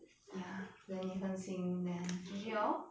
!aiya! then 你分心 then G_G 了 lor